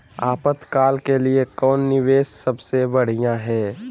आपातकाल के लिए कौन निवेस सबसे बढ़िया है?